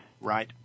Right